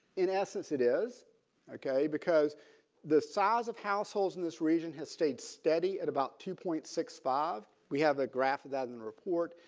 in essence it is ok. because the size of households in this region has stayed steady at about two point sixty five. we have a graph of that in in report.